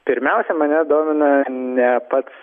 pirmiausia mane domina ne pats